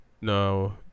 No